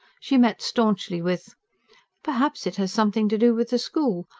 she met staunchly with perhaps it has something to do with the school.